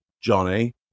Johnny